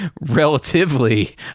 relatively